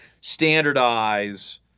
standardize –